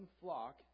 flock